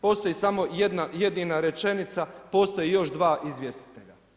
Postoji samo jedna jedina rečenica postoje još dva izvjestitelja.